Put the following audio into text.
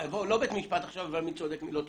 בית משפט שצריך לומר מי צודק ומי לא צודק.